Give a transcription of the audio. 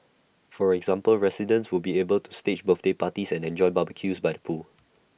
for example residents will be able to stage birthday parties and enjoy barbecues by the pool